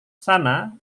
sana